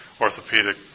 orthopedic